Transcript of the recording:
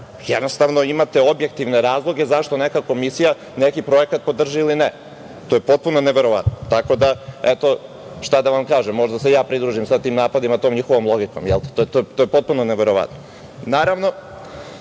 jednostavno objektivne razloge zašto neka komisija neki projekat podrži, a neki ne. To je potpuno neverovatno. Tako da, šta da vam kažem, možda se ja sada pridružim napadima tom njihovom logikom, to je potpuno neverovatno. Naravno,